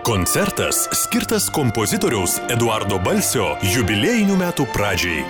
koncertas skirtas kompozitoriaus eduardo balsio jubiliejinių metų pradžiai